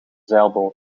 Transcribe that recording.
zeilboot